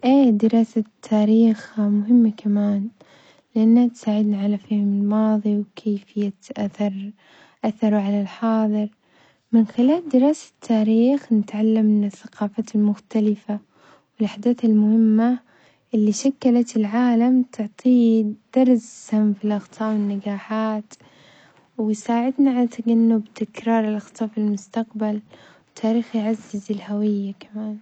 إي دراسة التاريخ مهمة كمان لأنها تساعدنا على فهم الماضي وكيفية أثر أثره على الحاضر، من خلال دراسة التاريخ نتعلم من الثقافات المختلفة والأحداث المهمة اللي شكلت العالم تعطيه درس-سًا في الأخطاء والنجاحات، ويساعدنا على تجنب تكرار الأخطاء في المستقبل، التاريخ يعزز الهوية كمان.